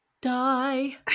Die